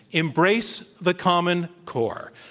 embrace the common core.